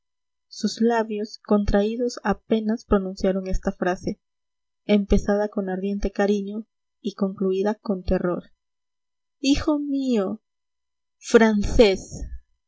sus labios contraídos apenas pronunciaron esta frase empezada con ardiente cariño y concluida con terror hijo mío francés